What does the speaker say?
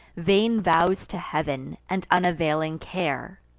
vain vows to heav'n, and unavailing care!